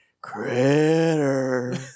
Critter